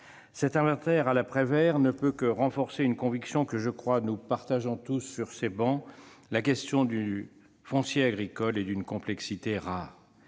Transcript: Cet inventaire à la Prévert ne peut que renforcer une conviction que- j'ose le croire -nous partageons tous sur ces travées : la question du foncier agricole est d'une complexité rare.